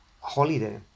holiday